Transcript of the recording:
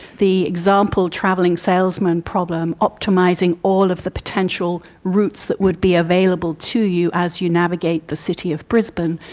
the example, the travelling salesman problem, optimising all of the potential routes that would be available to you as you navigate the city of brisbane,